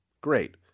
Great